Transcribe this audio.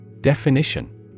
Definition